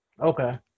Okay